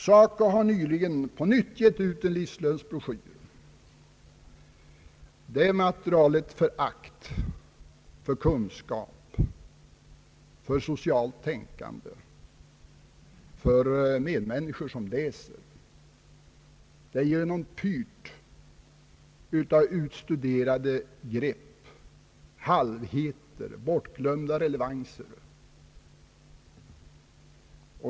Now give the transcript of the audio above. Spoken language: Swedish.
SACO har nyligen på nytt gett ut en livslönebroschyr som är genompyrd av förakt för kunskap och för socialt tänkande. För medmänniskor som läser broschyren är den full av utstuderade grepp, halvheter och bortglömda relevanser.